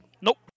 Nope